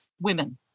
women